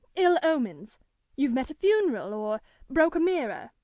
ill omens you've met a funeral, or broke a mirror,